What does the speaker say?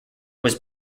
was